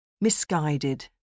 Misguided